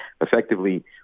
effectively